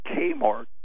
Kmart